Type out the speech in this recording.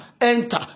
Enter